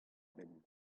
benn